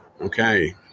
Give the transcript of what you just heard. Okay